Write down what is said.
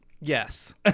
yes